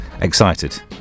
excited